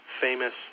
famous